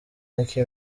nicki